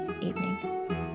evening